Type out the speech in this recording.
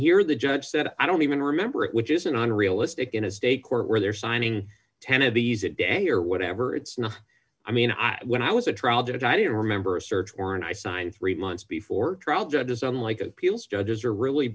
here the judge said i don't even remember it which is an unrealistic in a state court where they're signing ten of these it day or whatever it's not i mean when i was a trial that i didn't remember a search warrant i signed three months before trial judges unlike appeals judges are really